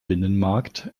binnenmarkt